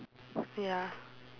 ya